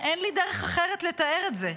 אין לי דרך אחרת לתאר את זה.